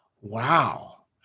Wow